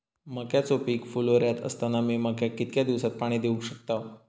मक्याचो पीक फुलोऱ्यात असताना मी मक्याक कितक्या दिवसात पाणी देऊक शकताव?